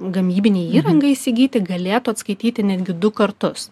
gamybinei įrangai įsigyti galėtų atskaityti netgi du kartus